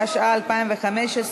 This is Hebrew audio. התשע"ה 2015,